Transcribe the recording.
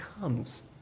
comes